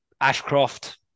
Ashcroft